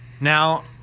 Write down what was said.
Now